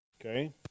okay